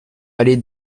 allée